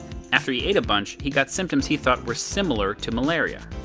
after he ate a bunch, he got symptoms he thought were similar to malaria.